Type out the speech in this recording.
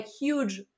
huge